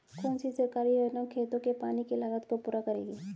कौन सी सरकारी योजना खेतों के पानी की लागत को पूरा करेगी?